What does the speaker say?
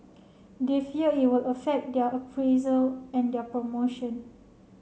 they fear it will affect their appraisal and their promotion